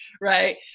right